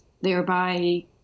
thereby